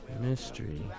mystery